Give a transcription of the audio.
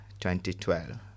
2012